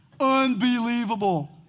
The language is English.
Unbelievable